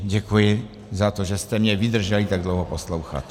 Děkuji za to, že jste mě vydrželi tak dlouho poslouchat.